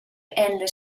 and